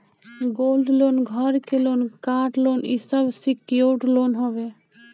gold loan, घर के loan, car loan इ सब सिक्योर्ड लोन हवे